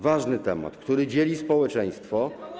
Ważny temat, który dzieli społeczeństwo.